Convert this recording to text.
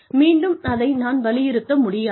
மீண்டும் அதை நான் வலியுறுத்த முடியாது